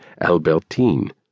Albertine